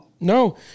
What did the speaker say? No